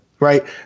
right